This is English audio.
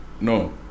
No